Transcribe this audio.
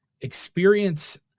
experience